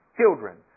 children